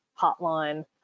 hotline